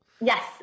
Yes